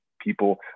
people